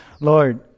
Lord